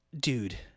dude